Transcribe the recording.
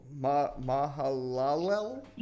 Mahalalel